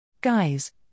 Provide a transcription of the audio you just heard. Guys